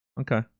Okay